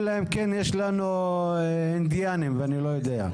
אלא אם כן יש לנו אינדיאניים ואני לא יודע,